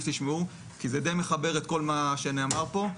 שתשמעו כי זה די מחבר את כל מה שנאמר פה.